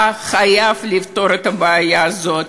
אתה חייב לפתור את הבעיה הזאת.